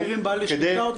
גם שכירים בעלי שליטה.